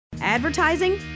Advertising